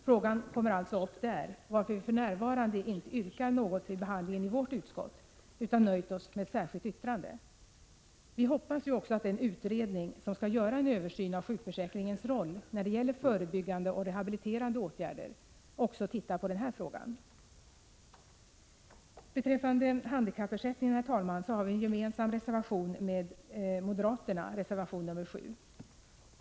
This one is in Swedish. Frågan kommer alltså upp där, varför vi för närvarande inte yrkat något vid behandlingen i vårt utskott utan nöjt oss med ett särskilt yttrande. Vi hoppas vidare att den utredning som skall göra en översyn av sjukförsäkringens roll när det gäller förebyggande och rehabiliterande åtgärder skall studera även den här frågan. Herr talman! Beträffande handikappersättningen har vi en gemensam reservation med moderaterna, nr 7.